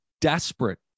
desperate